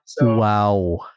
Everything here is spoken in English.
Wow